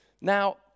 Now